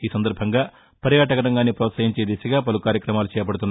ఈ సందర్భంగా పర్యాటక రంగాన్ని పోత్సహించే దిశగా పలు కార్యక్రమాలు చేపడుతున్నారు